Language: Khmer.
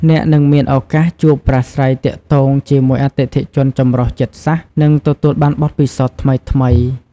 អ្នកនឹងមានឱកាសជួបប្រាស្រ័យទាក់ទងជាមួយអតិថិជនចម្រុះជាតិសាសន៍ និងទទួលបានបទពិសោធន៍ថ្មីៗ។